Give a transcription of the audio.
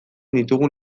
ditugun